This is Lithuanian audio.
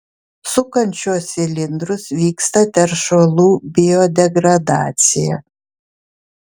sukant šiuos cilindrus vyksta teršalų biodegradacija